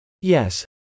Yes